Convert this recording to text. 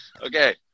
Okay